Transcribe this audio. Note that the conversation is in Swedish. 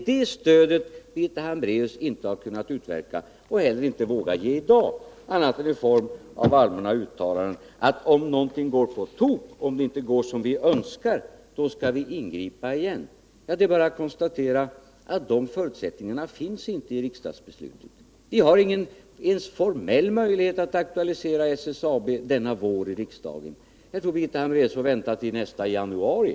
Det stödet har Birgitta Hambraeus inte kunnat utverka och inte heller vågat ge i dag annat än i form av allmänna uttalanden om att vi, om det mot våra önskningar går på tok, skall ingripa igen. Det är bara att konstatera att de förutsättningarna inte finns i riksdagsbeslutet. Vi har inte ens någon formell möjlighet att aktualisera SSAB i riksdagen i vår. Birgitta Hambraeus får vänta till nästa januari.